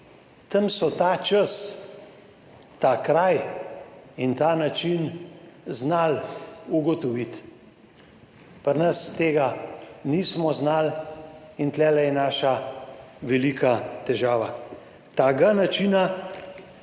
Tam so ta čas, ta kraj in ta način znali ugotoviti, pri nas tega nismo znali. In tu je naša velika težava. Takega načina,